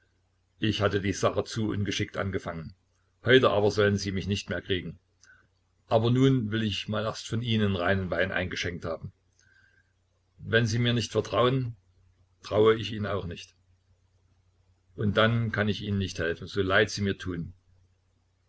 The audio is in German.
ich hatte die sache zu ungeschickt angefangen heute aber sollen sie mich nicht mehr kriegen aber nun will ich mal erst von ihnen reinen wein eingeschenkt haben wenn sie mir nicht vertrauen traue ich ihnen auch nicht und dann kann ich ihnen nicht helfen so leid sie mir tun